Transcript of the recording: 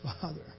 Father